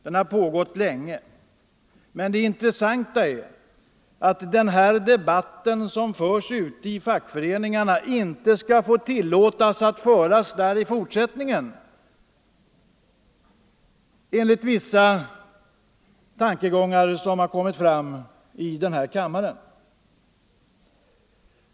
Den har pågått länge, men det intressanta är att den debatt som förs ute i fackföreningarna inte skall få föras där i fortsättningen, enligt vissa tankegångar som har kommit fram här i kammaren.